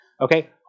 Okay